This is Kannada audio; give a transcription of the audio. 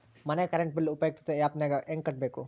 ಮನೆ ಕರೆಂಟ್ ಬಿಲ್ ಉಪಯುಕ್ತತೆ ಆ್ಯಪ್ ನಾಗ ಹೆಂಗ ಕಟ್ಟಬೇಕು?